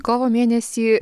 kovo mėnesį